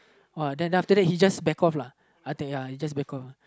uh then after after that he just back off uh I think ya he just back off uh